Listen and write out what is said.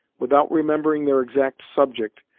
without remembering their exact subject,